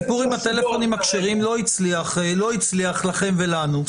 הסיפור עם הטלפונים הכשרים לא הצליח לכם ולנו.